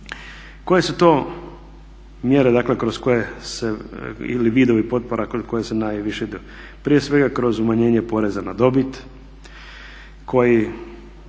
Koje su to mjere ili vidovi potpora koje se najviše …? Prije svega kroz umanjenje poreza na dobit koji